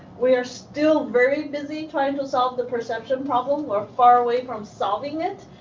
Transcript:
we are still very busy trying to solve the perception problem. we're far away from solving it.